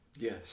yes